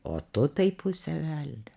o tu tai pusę velnio